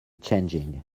changing